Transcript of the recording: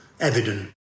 evident